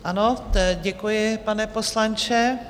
Ano, děkuji, pane poslanče.